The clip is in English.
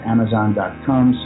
Amazon.com